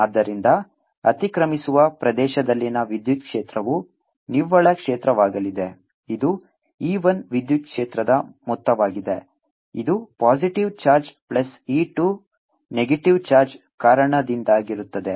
ಆದ್ದರಿಂದ ಅತಿಕ್ರಮಿಸುವ ಪ್ರದೇಶದಲ್ಲಿನ ವಿದ್ಯುತ್ ಕ್ಷೇತ್ರವು ನಿವ್ವಳ ಕ್ಷೇತ್ರವಾಗಲಿದೆ ಇದು E 1 ವಿದ್ಯುತ್ ಕ್ಷೇತ್ರದ ಮೊತ್ತವಾಗಿದೆ ಇದು positive charge plus E 2 negative charge ಕಾರಣದಿಂದಾಗಿರುತ್ತದೆ